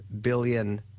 billion